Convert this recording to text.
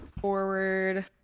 forward